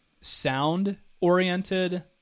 sound-oriented